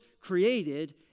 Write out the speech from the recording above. created